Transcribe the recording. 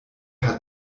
hat